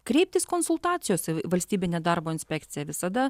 kreiptis konsultacijos su valstybine darbo inspekcija visada